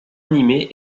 animé